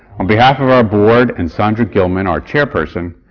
on behalf of our board, and sondra gilman, our chairperson,